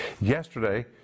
Yesterday